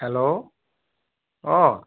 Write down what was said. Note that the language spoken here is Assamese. হেল্ল' অঁ